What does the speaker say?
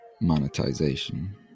Monetization